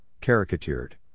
caricatured